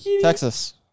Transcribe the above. Texas